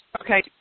Okay